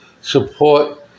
Support